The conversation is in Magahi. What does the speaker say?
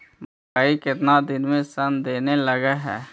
मकइ केतना दिन में शन देने लग है?